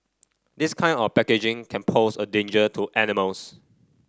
this kind of packaging can pose a danger to animals